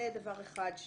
זה דבר אחד,